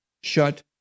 shut